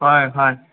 ꯍꯣꯏ ꯍꯣꯏ